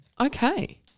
Okay